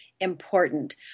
important